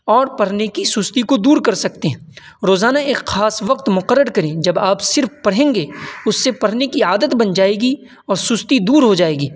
اور پڑھنے کی سستی کو دور کر سکتے ہیں روزانہ ایک خاص وقت مقرر کریں جب آپ صرف پڑھیں گے اس سے پڑھنے کی عادت بن جائے گی اور سستی دور ہوجائے گی